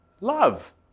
love